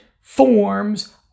forms